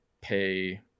pay